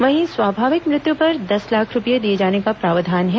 वहीं स्वाभाविक मृत्यु पर दस लाख रूपए दिए जाने का प्रावधान है